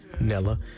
Nella